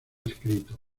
escrito